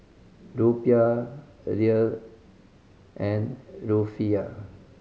Rupiah a Riel and Rufiyaa